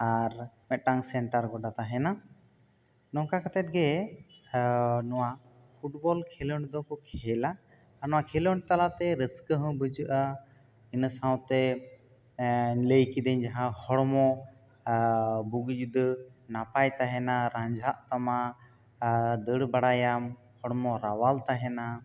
ᱟᱨ ᱢᱤᱫᱴᱟᱝ centre border ᱛᱟᱦᱮᱱᱟ ᱱᱚᱝᱠᱟ ᱠᱟᱛᱮ ᱜᱮ ᱱᱚᱣᱟ ᱯᱷᱩᱴᱵᱚᱞ ᱠᱷᱮᱞᱳᱰ ᱫᱚ ᱠᱚ ᱠᱷᱮᱞᱟ ᱟᱨ ᱱᱚᱣᱟ ᱠᱷᱮᱞᱳᱰ ᱛᱟᱞᱟ ᱛᱮ ᱨᱟᱹᱥᱠᱟᱹ ᱦᱚᱸ ᱵᱩᱡᱷᱟᱹᱜᱼᱟ ᱤᱱᱟ ᱥᱟᱶᱛᱮ ᱞᱟᱹᱭ ᱠᱤᱫᱟᱹᱧ ᱡᱟᱦᱟᱸ ᱦᱚᱲᱢᱚ ᱵᱩᱜᱤ ᱡᱩᱫᱟᱹ ᱱᱟᱯᱟᱭ ᱛᱟᱦᱮᱱᱟ ᱨᱟᱸᱡᱷᱟᱜ ᱛᱟᱢᱟ ᱟᱨ ᱫᱟᱹᱲ ᱵᱟᱲᱟᱭᱟᱢ ᱦᱚᱲᱢᱚ ᱨᱟᱣᱟᱞ ᱛᱟᱦᱮᱱᱟ